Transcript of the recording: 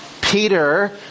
Peter